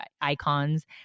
icons